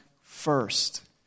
first